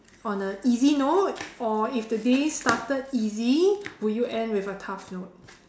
on a easy note or if the day started easy would you end with a tough note